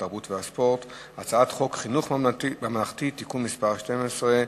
התרבות והספורט: הצעת חוק חינוך ממלכתי (תיקון מס' 12),